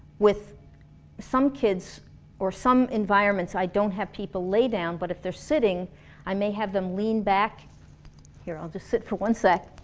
with some kids or some environments i don't have people lay down, but if they're sitting i may have them lean back here i'll just sit for one sec,